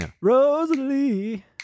Rosalie-